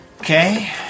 Okay